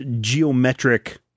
geometric